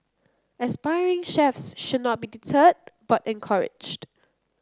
aspiring chefs should not be deterred but encouraged